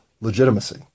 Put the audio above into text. legitimacy